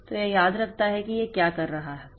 तो यह याद रखता है कि यह क्या कर रहा था